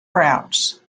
france